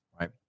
right